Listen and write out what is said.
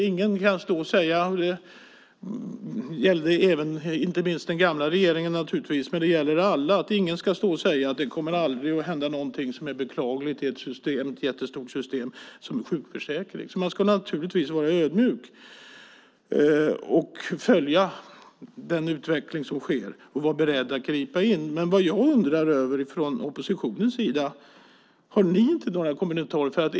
Ingen kan stå och säga - det gällde naturligtvis inte minst den gamla regeringen, men det gäller alla - att det aldrig kommer att hända någonting som är beklagligt i ett stort system som sjukförsäkringen. Man ska naturligtvis vara ödmjuk och följa den utveckling som sker och vara beredd att gripa in. Men jag har en fråga till oppositionen. Har ni inte några kommentarer?